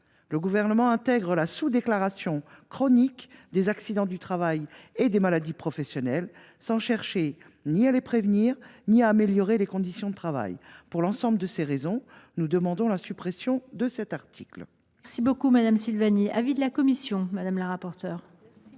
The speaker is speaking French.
le Gouvernement intègre la sous déclaration chronique des accidents du travail et des maladies professionnelles au budget de la sécurité sociale sans chercher ni à les prévenir ni à améliorer les conditions de travail. Pour l’ensemble de ces raisons, nous demandons la suppression de cet article.